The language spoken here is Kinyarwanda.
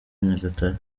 nyagatare